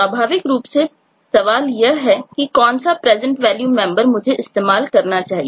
स्वाभाविक रूप से सवाल यह है कि कौन सा PresentValue मेंबर मुझे इस्तेमाल करना चाहिए